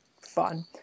fun